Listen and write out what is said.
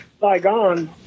Saigon